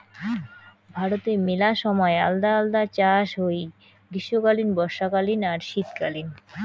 ভারতে মেলা সময় আলদা আলদা চাষ হই গ্রীষ্মকালীন, বর্ষাকালীন আর শীতকালীন